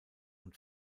und